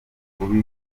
ukubiri